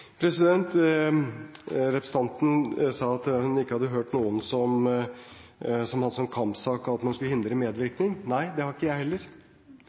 Representanten sa at hun ikke hadde hørt noen som hadde som kampsak at man skulle hindre medvirkning. Nei, det har ikke jeg heller.